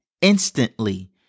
instantly